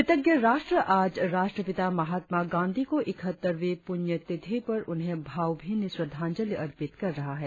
कृतज्ञ राष्ट्र आज राष्ट्रपिता महात्मा गांधी को इकहत्तरवीं पुण्यतिथि पर उन्हें भावभीनी श्रद्धांजलि अर्पित कर रहा है